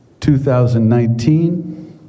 2019